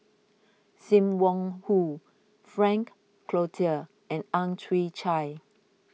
Sim Wong Hoo Frank Cloutier and Ang Chwee Chai